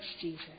Jesus